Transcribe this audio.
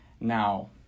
now